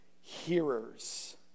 hearers